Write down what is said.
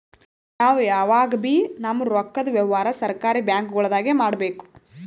ನಾವ್ ಯಾವಗಬೀ ನಮ್ಮ್ ರೊಕ್ಕದ್ ವ್ಯವಹಾರ್ ಸರಕಾರಿ ಬ್ಯಾಂಕ್ಗೊಳ್ದಾಗೆ ಮಾಡಬೇಕು